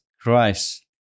Christ